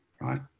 right